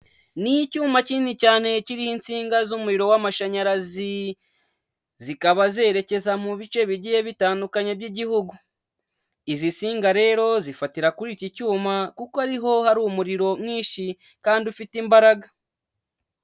Ni icyuma kinini cyane kiriho insinga z'umuriro w'amashanyarazi, zikaba zerekeza mu bice bigiye bitandukanye by'igihugu, izi nsinga rero zifatira kuri iki cyuma kuko ari ho hari umuriro mwinshi kandi ufite imbaraga.